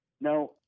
Now